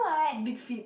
big feet